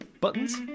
buttons